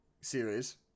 series